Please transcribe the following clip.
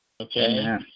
Okay